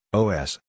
os